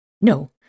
No